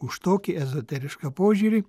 už tokį ezoterišką požiūrį